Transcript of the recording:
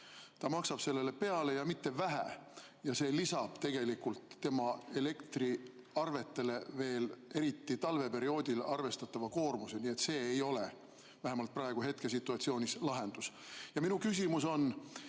ta maksab sellele peale ja mitte vähe. See lisab tema elektriarvetele eriti talveperioodil arvestatava koormuse. Nii et see ei ole vähemalt praegu, hetkesituatsioonis, lahendus. Minu küsimus on,